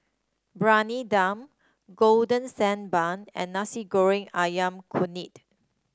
Briyani Dum Golden Sand Bun and Nasi Goreng ayam kunyit